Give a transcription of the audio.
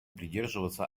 придерживаться